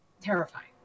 terrifying